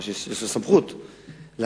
מה שיש לו סמכות לעשות,